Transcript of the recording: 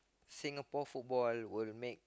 Singapore football will make